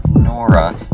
Nora